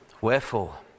Wherefore